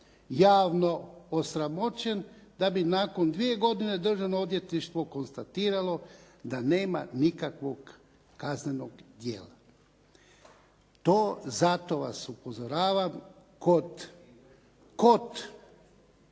javno osramoćen da bi nakon dvije godine Državno odvjetništvo konstatiralo da nema nikakvog kaznenog djela. To, zato vas upozoravam kod,